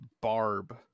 Barb